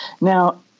Now